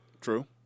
True